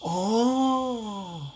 orh